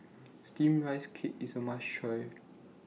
Steamed Rice Cake IS A must Try